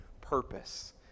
purpose